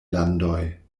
landoj